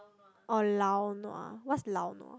or lao nua what's lao nua